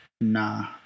nah